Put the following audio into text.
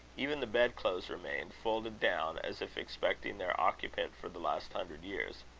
even the bed-clothes remained, folded down, as if expecting their occupant for the last hundred years.